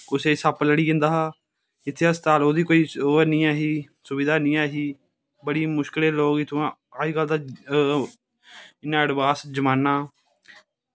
कुसै ई सप्प लड़ी जंदा हा इत्थै हस्पताल ओह्दी कोई ओह् नी ऐही सुविधा नी ऐही बड़ी मुश्कलैं लोक इत्थुआं अजकल ता इन्ना अड़बांस जमाना